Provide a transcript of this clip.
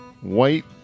White